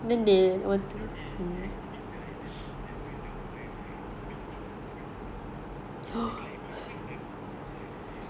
oh my god ya you know they they estimate the island to be like filled up by like I think twenty forty or something like not even that far away sia